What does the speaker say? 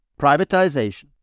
privatization